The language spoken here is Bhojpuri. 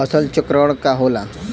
फसल चक्रण का होला?